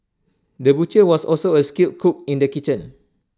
the butcher was also A skilled cook in the kitchen